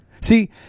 See